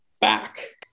back